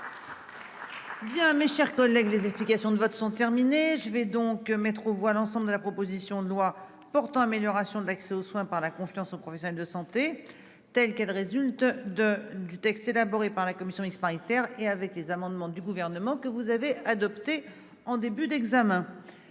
Bien, mes chers collègues. Les explications de vote sont terminées. Je vais donc mettre aux voix l'ensemble de la proposition de loi portant amélioration de l'accès aux soins par la confiance aux professionnels de santé telle qu'elle résulte de du texte élaboré par la commission mixte paritaire et avec les amendements du gouvernement que vous avez adoptée en début d'examen.